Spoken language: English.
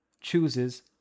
chooses